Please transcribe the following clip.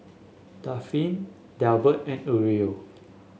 Dafne Delbert and Aurelio